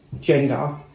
gender